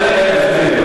ימשיך לטפל בזה,